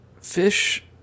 Fish